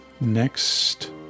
next